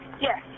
Yes